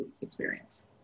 experience